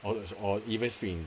or or even speak in